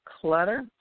clutter